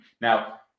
Now